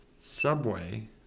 Subway